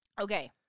Okay